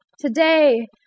Today